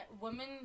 women